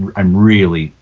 um i'm really.